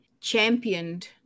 championed